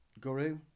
guru